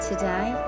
Today